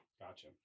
Gotcha